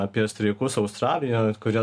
apie streikus australijoj vat kurie